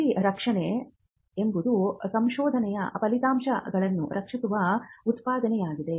IP ರಕ್ಷಣೆ ಎಂಬುದು ಸಂಶೋಧನೆಯ ಫಲಿತಾಂಶಗಳನ್ನು ರಕ್ಷಿಸುವ ಉತ್ಪಾದನೆಯಾಗಿದೆ